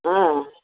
ಹಾಂ